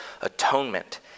atonement